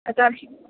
तर्हि